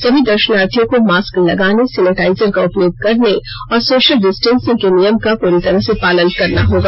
सभी दर्शनार्थियों को मास्क लगाने सेनेटाइजर का उपयोग करने और सोशल डिस्टेंसिंग के नियम का पूरी तरह से पालन करना होगा